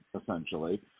essentially